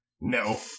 No